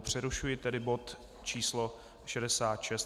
Přerušuji tedy bod č. 66.